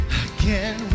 again